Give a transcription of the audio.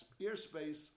airspace